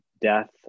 death